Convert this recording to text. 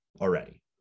already